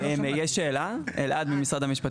יש שאלה אלינו?